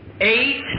eight